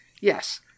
yes